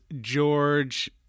George